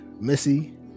Missy